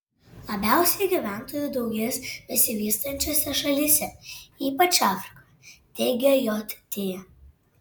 labiausiai gyventojų daugės besivystančiose šalyse ypač afrikoje teigia jt